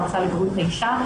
המועצה לבריאות האישה,